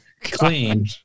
clean